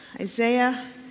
Isaiah